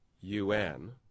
UN